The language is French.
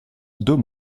deux